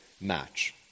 match